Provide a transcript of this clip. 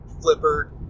flipper